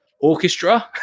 orchestra